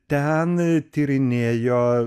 ten tyrinėjo